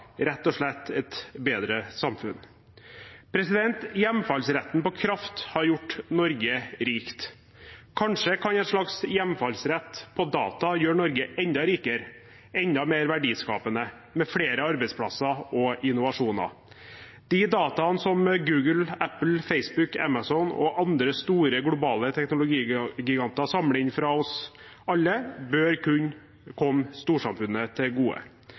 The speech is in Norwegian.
rett og slett et bedre samfunn. Hjemfallsretten på kraft har gjort Norge rikt. Kanskje kan en slags hjemfallsrett på data gjøre Norge enda rikere, enda mer verdiskapende, med flere arbeidsplasser og mer innovasjon. De dataene som Google, Apple, Facebook, Amazon og andre store globale teknologigiganter samler inn fra oss alle, bør kunne komme storsamfunnet til gode.